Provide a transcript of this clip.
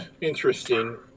Interesting